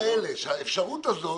שהאפשרות הזאת